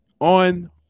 on